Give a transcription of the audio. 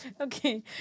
Okay